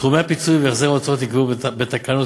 סכומי הפיצויים והחזר ההוצאות נקבעו בתקנות